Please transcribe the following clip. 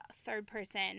third-person